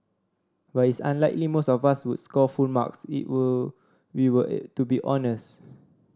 but it's unlikely most of us would score full marks if were we were to be honest